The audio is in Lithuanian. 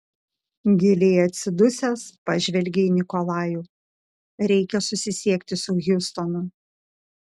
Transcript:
giliai atsidusęs pažvelgė į nikolajų reikia susisiekti su hjustonu